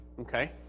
Okay